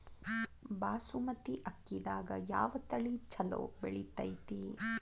ಬಾಸುಮತಿ ಅಕ್ಕಿದಾಗ ಯಾವ ತಳಿ ಛಲೋ ಬೆಳಿತೈತಿ?